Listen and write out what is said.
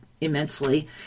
immensely